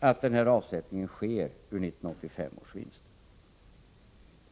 med denna avsättning ur 1985 års vinster?